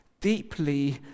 Deeply